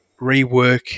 rework